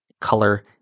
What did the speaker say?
color